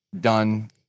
done